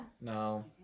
No